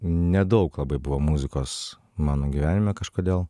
nedaug labai buvo muzikos mano gyvenime kažkodėl